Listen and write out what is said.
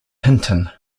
hinton